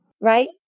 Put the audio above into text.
Right